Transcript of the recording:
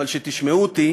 אבל כשתשמעו אותי